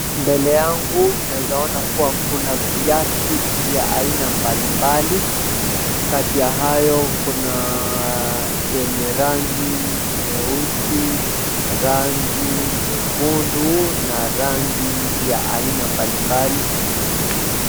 Mbele yangu naeza ona kuwa kuna viatu vya aina mbalimbali. Kati ya hayo kuna yenye rangi nyeusi, rangi nyekundu na rangi ya aina mbalimbali.